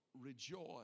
rejoice